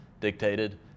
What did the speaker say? dictated